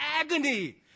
agony